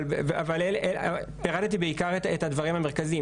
אבל פירטתי את הדברים המרכזיים.